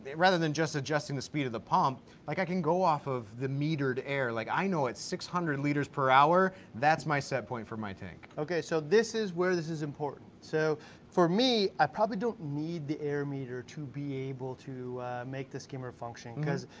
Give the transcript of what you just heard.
rather than just adjusting the speed of the pump, like i can go off of the metered air, like i know at six hundred liters per hour, that's my set point for my tank. okay, so this is where this is important. so for me, i probably don't need the air meter to be able to make the skimmer function, cause,